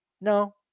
No